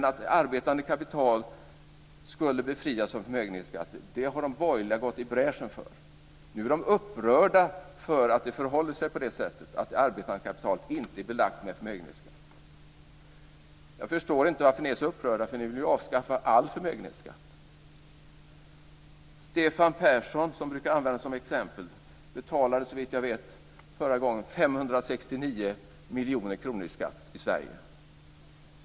Att arbetande kapital skulle befrias från förmögenhetsskatt har de borgerliga gått i bräschen för. Nu är de upprörda över att det förhåller sig på det sättet att det arbetande kapitalet inte är belagt med förmögenhetsskatt. Jag förstår inte varför ni är så upprörda. Ni vill ju avskaffa all förmögenhetsskatt. Stefan Persson, som brukar användas som exempel, betalade såvitt jag vet förra gången 569 miljoner i skatt i Sverige.